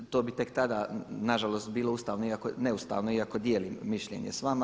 To bi tek tada nažalost bilo ustavno, neustavno iako dijelim mišljenje s vama.